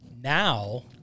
now